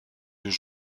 deux